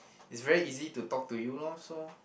it's very easy to talk to you lor so